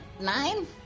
nine